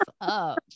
up